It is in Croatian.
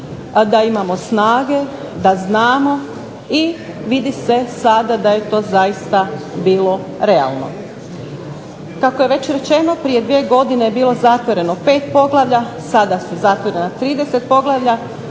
da imamo snage, da znamo i vidi se to sada da je zaista bilo realno. Kako je već rečeno prije dvije godine je bilo zatvoreno 5 poglavlja, sada su zatvorena 30 poglavlja